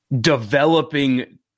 developing